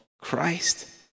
Christ